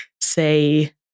say